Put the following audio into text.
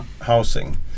housing